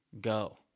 go